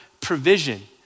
provision